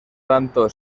tanto